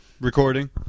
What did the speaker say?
recording